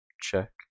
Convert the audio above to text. check